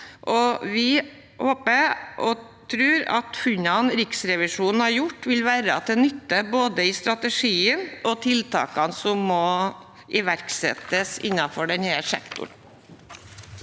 vi håper og tror at funnene Riksrevisjonen har gjort, vil være til nytte både i strategien og tiltakene som må iverksettes innenfor denne sektoren.